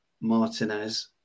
Martinez